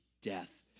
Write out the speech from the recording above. death